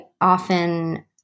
often